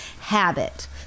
habit